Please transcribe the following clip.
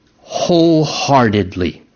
wholeheartedly